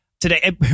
today